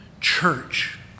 church